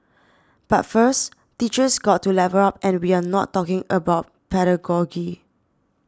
but first teachers got to level up and we are not talking about pedagogy